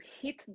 hit